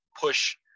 push